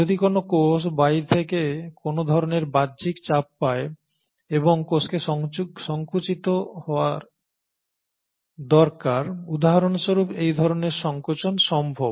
যদি কোন কোষ বাইর থেকে কোন ধরণের বাহ্যিক চাপ পায় এবং কোষকে সংকুচিত হওয়া দরকার উদাহরণস্বরূপ এই ধরনের সংকোচন সম্ভব